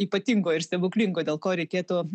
ypatingo ir stebuklingo dėl ko reikėtų